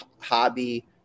hobby